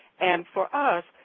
and for us,